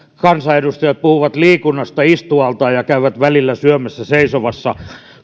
kansanedustajat puhuvat liikunnasta istualtaan ja käyvät välillä syömässä seisovassa